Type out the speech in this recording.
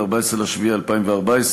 14 ביולי 2014,